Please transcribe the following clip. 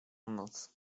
noc